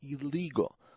illegal